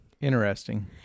Interesting